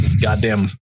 goddamn